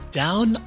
down